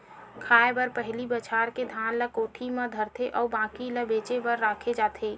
खाए बर पहिली बछार के धान ल कोठी म धरथे अउ बाकी ल बेचे बर राखे जाथे